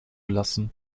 lassen